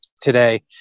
today